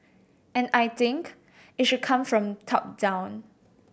and I think it should come from top down